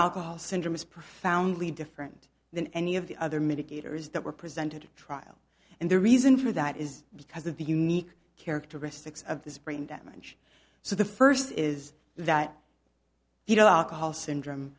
alcohol syndrome is profoundly different than any of the other mitigators that were presented trial and the reason for that is because of the unique characteristics of this brain damage so the first is that you know alcohol syndrome